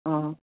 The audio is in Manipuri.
ꯑꯥ